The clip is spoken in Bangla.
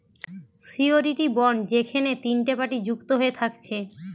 সিওরীটি বন্ড যেখেনে তিনটে পার্টি যুক্ত হয়ে থাকছে